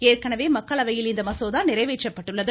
ஏற்கனவே மக்களவையில் இந்த மசோதா நிறைவேற்றப்பட்டுள்ளது